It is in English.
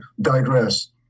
digress